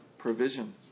provision